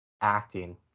acting